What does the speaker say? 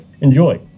Enjoy